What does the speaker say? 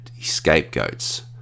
scapegoats